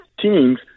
teams